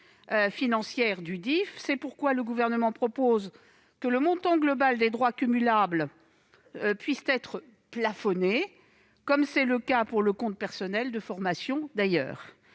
financière du DIFE. C'est pourquoi le Gouvernement propose que le montant global des droits cumulables puisse être plafonné, comme c'est d'ailleurs le cas pour le compte personnel de formation.